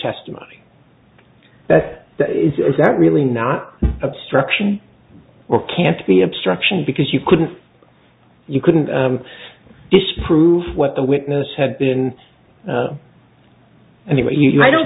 testimony that is that really not obstruction or can't be obstruction because you couldn't you couldn't disprove what the witness had been i mean i don't